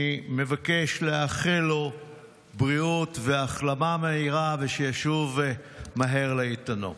אני מבקש לאחל לו בריאות והחלמה מהירה ושישוב מהר לאיתנו.